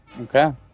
Okay